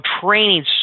training